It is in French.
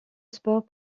sport